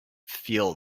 feel